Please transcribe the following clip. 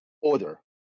order